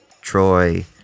Troy